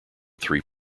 three